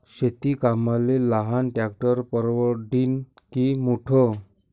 शेती कामाले लहान ट्रॅक्टर परवडीनं की मोठं?